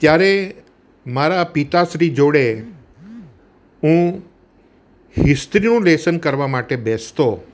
ત્યારે મારા પિતાશ્રી જોડે હું હિસ્ટ્રીનું લેશન કરવા માટે બેસતો